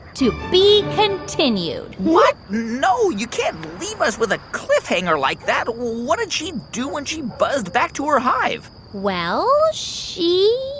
to be continued what? no, you can't leave us with a cliffhanger like that. what did she do when she buzzed back to her hive? well, she.